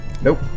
Nope